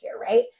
right